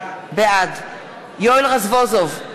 בעד יואל רזבוזוב,